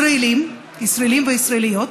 ישראלים וישראליות,